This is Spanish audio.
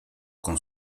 con